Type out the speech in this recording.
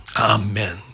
Amen